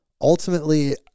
ultimately